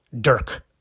Dirk